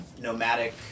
nomadic